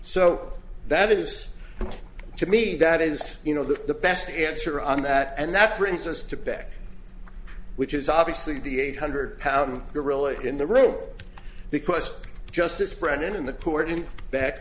so that is to me that is you know the best answer on that and that brings us to pick which is obviously the eight hundred pound gorilla in the room because justice brennan in the court